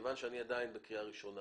כיוון שאני עדיין בקריאה ראשונה